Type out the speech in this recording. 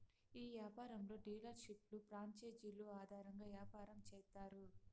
ఈ యాపారంలో డీలర్షిప్లు ప్రాంచేజీలు ఆధారంగా యాపారం చేత్తారు